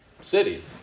city